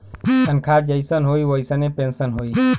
तनखा जइसन होई वइसने पेन्सन होई